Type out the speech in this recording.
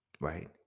Right